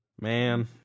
man